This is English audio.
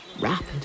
rapid